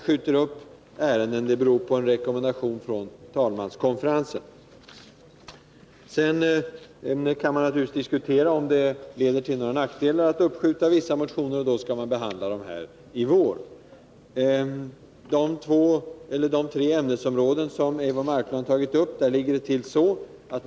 Sedan kan man naturligtvis diskutera om det är till någon nackdel att skjuta upp vissa motioner som skulle ha behandlats i vår. I fråga om de tre ämnesområden som Eivor Marklund har tagit upp ligger det till på följande sätt.